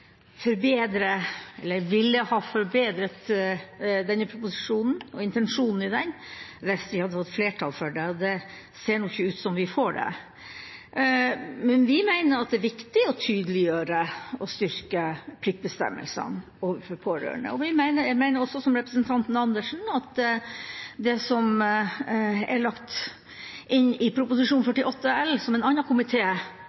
ville ha forbedret proposisjonen og intensjonen i den hvis vi hadde fått flertall for det, men det ser det ikke ut til at vi får. Vi mener at det er viktig å tydeliggjøre og styrke pliktbestemmelsene overfor pårørende. Jeg mener – som også representanten Andersen – at det som er lagt inn i